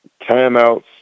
timeouts